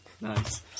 Nice